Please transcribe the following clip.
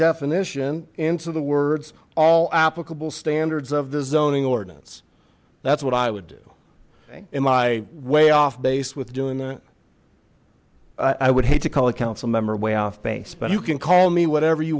definition into the words all applicable standards of the zoning ordinance that's what i would do am i way off base with doing that i would hate to call a councilmember way off base but you can call me whatever you